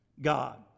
God